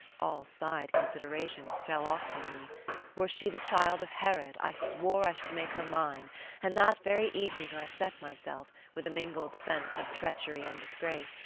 all side considerations fell off from me were she the child of herod i swore i should make her mine and that very evening i set myself, with a mingled sense of treachery and disgrace,